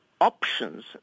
Options